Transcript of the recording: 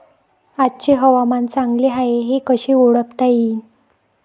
आजचे हवामान चांगले हाये हे कसे ओळखता येईन?